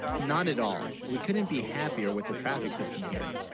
not at all we couldn't. be happier with the traffic, system here,